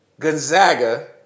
Gonzaga